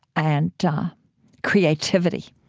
and creativity,